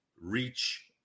reach